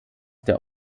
der